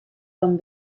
van